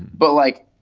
but like,